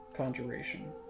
Conjuration